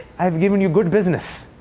i've given you good business.